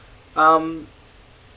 um